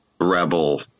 rebel